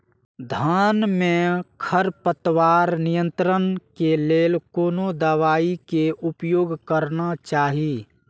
धान में खरपतवार नियंत्रण के लेल कोनो दवाई के उपयोग करना चाही?